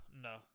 no